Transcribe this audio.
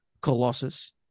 colossus